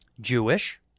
Jewish